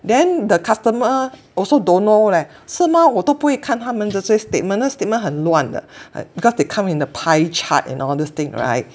then the customer also don't know leh 是吗我都不会看他们的这些 statement 那个 statement 很乱的 err because they come in the pie chart and all this thing right